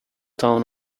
town